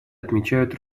отмечают